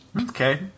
Okay